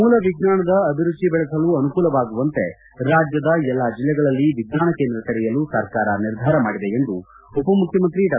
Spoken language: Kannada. ಮೂಲ ವಿಜ್ಞಾನದ ಅಭಿರುಚಿ ಬೆಳೆಸಲು ಅನುಕೂಲವಾಗುವಂತೆ ರಾಜ್ಯದ ಎಲ್ಲಾ ಜಲ್ಲೆಗಳಲ್ಲಿ ವಿಜ್ಞಾನ ಕೇಂದ್ರ ತೆರೆಯಲು ಸರ್ಕಾರ ನಿರ್ಧಾರ ಮಾಡಿದೆ ಎಂದು ಉಪಮುಖ್ಯಮಂತ್ರಿ ಡಾ